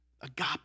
agape